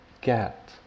get